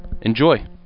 Enjoy